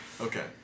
Okay